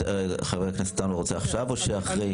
חבר הכנסת עטאונה, רוצה עכשיו או שאחרי?